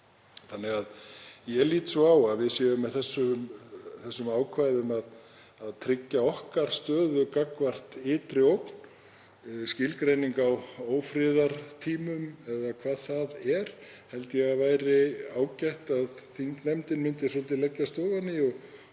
Ég lít svo á að við séum með þessum ákvæðum að tryggja stöðu okkar gagnvart ytri ógn. Skilgreiningu á ófriðartímum, hvað það er, held ég að væri ágætt að þingnefndin myndi leggjast svolítið